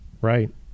Right